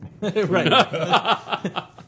Right